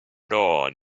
dawn